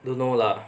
don't know lah